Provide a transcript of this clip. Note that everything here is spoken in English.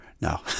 no